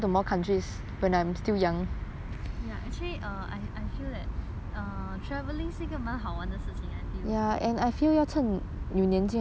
ya actually err I I feel that err travelling 是个蛮好玩的事情 I feel